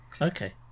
Okay